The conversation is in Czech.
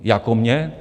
Jako mně?